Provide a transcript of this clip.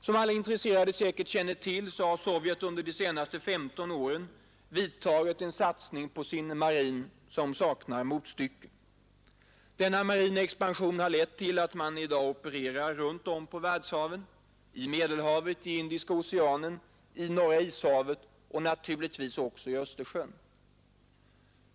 Som alla intresserade känner till har Sovjet under de senaste femton åren gjort en satsning på sin marin som saknar motstycke. Denna marina expansion har lett till att man i dag opererar runt om på världshaven — i Medelhavet, i Indiska oceanen, i Norra ishavet och naturligtvis också i Östersjön.